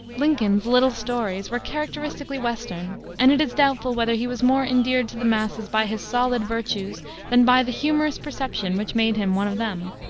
lincoln's little stories were characteristically western, and it is doubtful whether he was more endeared to the masses by his solid virtues than by the humorous perception which made him one of them.